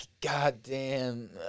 Goddamn